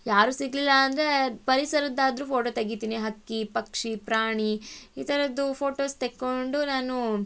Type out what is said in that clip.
ಯಾರು ಸಿಗಲಿಲ್ಲಾ ಅಂದರೆ ಪರಿಸರದ್ದಾದರೂ ಫೋಟೊ ತೆಗಿತೀನಿ ಹಕ್ಕಿ ಪಕ್ಷಿ ಪ್ರಾಣಿ ಈ ಥರದ್ದು ಫೋಟೋಸ್ ತೆಕ್ಕೊಂಡು ನಾನು